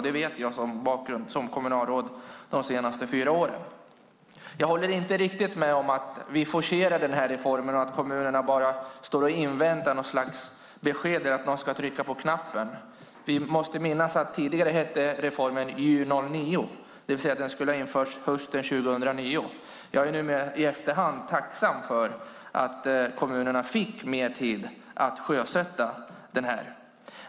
Det vet jag, som har en bakgrund som kommunalråd de senaste fyra åren. Jag håller inte riktigt med om att vi forcerar reformen och att kommunerna bara står och inväntar något slags besked eller att någon ska trycka på knappen. Vi måste minnas att reformen tidigare hette Gy 09. Den skulle alltså ha införts hösten 2009. Jag är nu i efterhand tacksam för att kommunerna fick mer tid att sjösätta detta.